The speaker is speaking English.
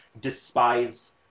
despise